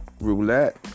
Roulette